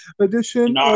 Edition